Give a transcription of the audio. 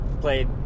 played